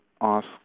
ask